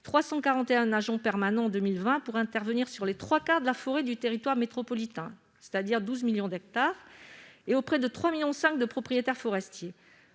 341 agents permanents pour intervenir sur les trois quarts de la forêt du territoire métropolitain, soit 12 millions d'hectares, et auprès de 3,5 millions de propriétaires forestiers.